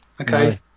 Okay